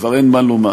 שכבר אין מה לומר.